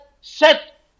set